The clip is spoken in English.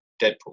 Deadpool